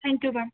thank you ma'am